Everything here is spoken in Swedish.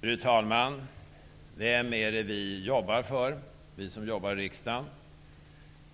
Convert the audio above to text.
Fru talman! Vem är det vi jobbar för, vi som jobbar i riksdagen?